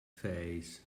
face